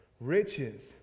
Riches